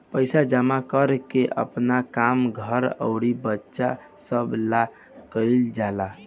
पइसा जमा कर के आपन काम, घर अउर बच्चा सभ ला कइल जाला